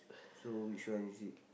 so which one is it